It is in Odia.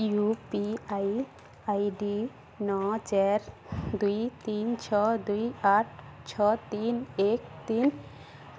you P I I D ନଅ ଚାରି ଦୁଇ ତିନି ଛଅ ଦୁଇ ଆଠ ଛଅ ତିନି ଏକ ତିନି